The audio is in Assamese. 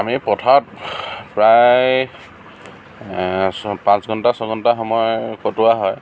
আমি পথাৰত প্ৰায় ছয় পাঁচ ঘণ্টা ছয় ঘণ্টা সময় কটোৱা হয়